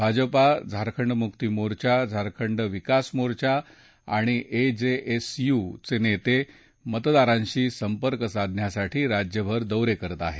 भाजपा झारखंडमुक्ती मोर्चा झारखंड विकास मोर्चा आणि एजेएसयु चे नेते मतदारांशी संपर्क साधण्यासाठी राज्यभर दौरे करत आहेत